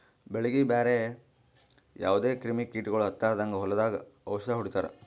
ಬೆಳೀಗಿ ಬ್ಯಾರೆ ಯಾವದೇ ಕ್ರಿಮಿ ಕೀಟಗೊಳ್ ಹತ್ತಲಾರದಂಗ್ ಹೊಲದಾಗ್ ಔಷದ್ ಹೊಡಿತಾರ